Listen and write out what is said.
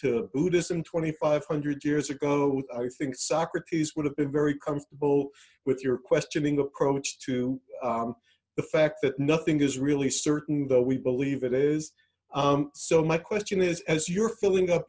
to buddhism twenty five hundred years ago i think socrates would have been very comfortable with your questioning approach to the fact that nothing is really certain though we believe it is so my question is as you're filling up